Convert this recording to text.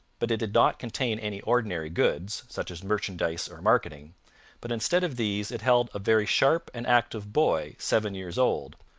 but it did not contain any ordinary goods, such as merchandise or marketing but instead of these it held a very sharp and active boy seven years old,